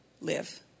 live